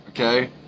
Okay